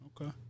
Okay